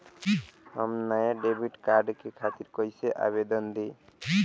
हम नया debit card के खातिर कइसे आवेदन दीं?